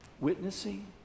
witnessing